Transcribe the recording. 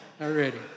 Already